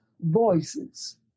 Voices